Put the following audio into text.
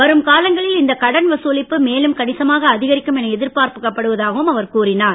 வரும் காலங்களில் இந்த கடன் வசூலிப்பு மேலும் கணிசமாக அதிகரிக்கும் என எதிர்பார்ப்பதாகவும் அவர் கூறினார்